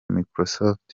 microsoft